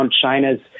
China's